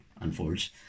unfolds